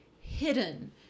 hidden